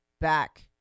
back